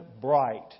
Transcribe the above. bright